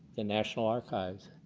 the national archives,